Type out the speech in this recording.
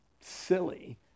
silly